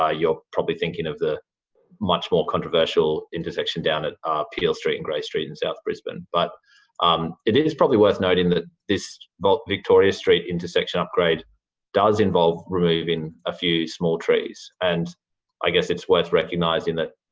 ah you're probably thinking of the much more controversial intersection down at peel street and grey street in south brisbane. but um it it is probably worth noting that this but victoria street intersection upgrade does involve removing a few small trees, and i guess it's worth recognising that,